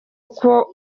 uko